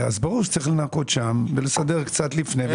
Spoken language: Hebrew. אז ברור שצריך לנקות שם ולסדר קצת לפני וקצת אחרי.